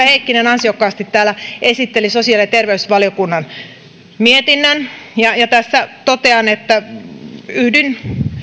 heikkinen ansiokkaasti täällä esitteli sosiaali ja terveysvaliokunnan mietinnön ja tässä totean että yhdyn